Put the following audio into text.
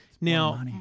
Now